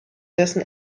dessen